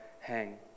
hang